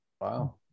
Wow